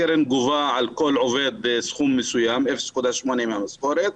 הקרן גובה על כל עובד סכום מסוים 0.8 מהמשכורת.